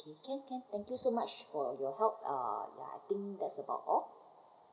okay can can thank you so much for your help uh ya I think that's about all